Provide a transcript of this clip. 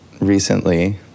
recently